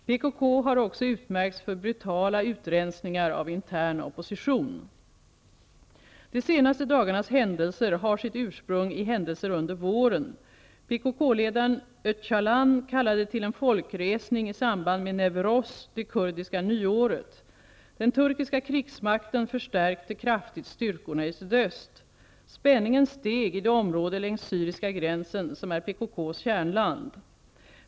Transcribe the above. PKK har också utmärkts för brutala utrensningar av intern opposition. De senaste dagarnas händelser har sitt ursprung i händelser under våren. PKK-ledaren Öcalan kallade till en folkresning i samband med Newroz, det kurdiska nyåret. Den turkiska krigsmakten förstärkte kraftigt styrkorna i sydöst. Spänningen steg i det område längs syriska gränsen som är PKK:s kärnland.